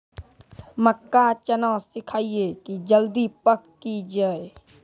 मक्का चना सिखाइए कि जल्दी पक की जय?